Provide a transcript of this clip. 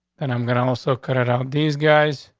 and i'm gonna also cut it out. these guys,